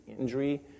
injury